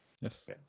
yes